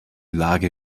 lage